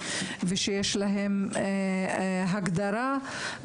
שיש להם הגדרה,